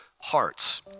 hearts